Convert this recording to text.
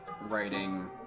writing